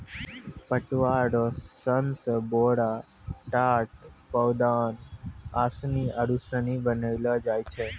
पटुआ रो सन से बोरा, टाट, पौदान, आसनी आरु सनी बनैलो जाय छै